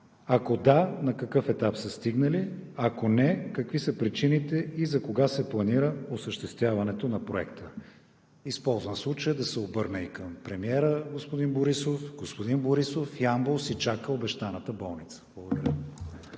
Ако да, на какъв етап са стигнали? Ако не, какви са причините и закога се планира осъществяването на проекта? Използвам случая да се обърна и към премиера господин Борисов: Господин Борисов, Ямбол си чака обещаната болница! Благодаря.